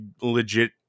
legit